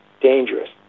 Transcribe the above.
dangerous